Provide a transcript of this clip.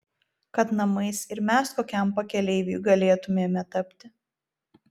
kad namais ir mes kokiam pakeleiviui galėtumėme tapti